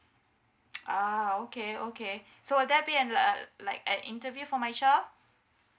uh okay okay so will there be an uh like an interview for my child